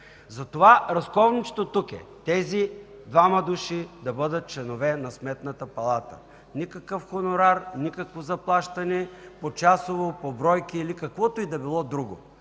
Затова разковничето тук е: тези двама души да бъдат членове на Сметната палата. Никакъв хонорар, никакво заплащане – почасово, по бройки или каквото и да е било друго.